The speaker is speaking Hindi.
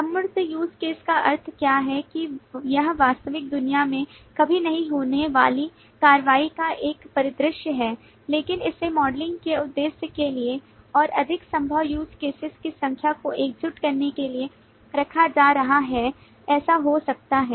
अमूर्त use caseका अर्थ क्या है कि यह वास्तविक दुनिया में कभी नहीं होने वाली कार्रवाई का एक परिदृश्य है लेकिन इसे मॉडलिंग के उद्देश्य के लिए और अधिक संभव use cases की संख्या को एकजुट करने के लिए रखा जा रहा है ऐसा हो सकता है